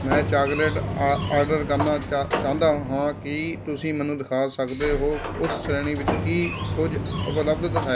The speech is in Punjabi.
ਮੈਂ ਚਾਕਲੇਟ ਆਰਡਰ ਕਰਨਾ ਚਾਹੁੰਦਾ ਹਾਂ ਕੀ ਤੁਸੀਂ ਮੈਨੂੰ ਦਿਖਾ ਸਕਦੇ ਹੋ ਉਸ ਸ਼੍ਰੇਣੀ ਵਿੱਚ ਕੀ ਕੁਝ ਉਪਲਬਧ ਹੈ